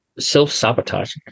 self-sabotage